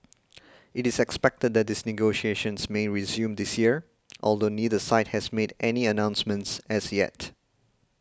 it is expected that these negotiations may resume this year although neither side has made any announcements as yet